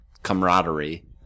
Camaraderie